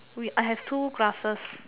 we have two glasses